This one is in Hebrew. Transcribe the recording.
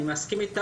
אני מסכים איתך.